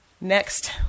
Next